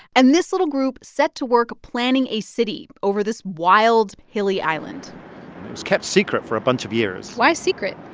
and this little group set to work planning a city over this wild, hilly island it was kept secret for a bunch of years why secret?